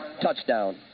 touchdown